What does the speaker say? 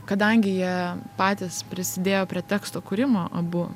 kadangi jie patys prisidėjo prie teksto kūrimo abu